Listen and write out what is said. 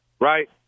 right